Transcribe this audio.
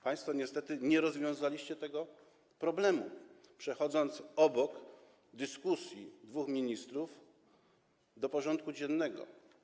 Państwo niestety nie rozwiązaliście tego problemu, przechodząc nad dyskusją dwóch ministrów do porządku dziennego.